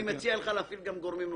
אני מציע לך להפעיל גם גורמים נוספים.